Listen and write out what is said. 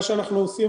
מה שאנחנו עושים,